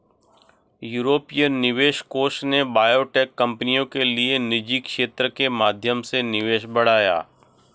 यूरोपीय निवेश कोष ने बायोटेक कंपनियों के लिए निजी क्षेत्र के माध्यम से निवेश बढ़ाया